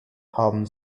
haben